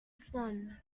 swan